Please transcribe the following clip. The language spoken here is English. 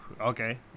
okay